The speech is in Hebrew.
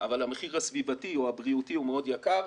אבל המחיר הסביבתי או הבריאותי הוא מאוד יקר.